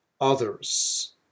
others